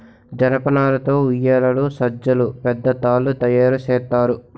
జనపనార తో ఉయ్యేలలు సజ్జలు పెద్ద తాళ్లు తయేరు సేత్తారు